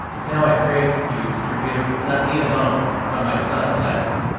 now i pray you to forgive not me alone, but my son aladdin.